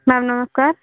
ma'am ନମସ୍କାର